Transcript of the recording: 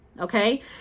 okay